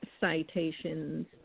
citations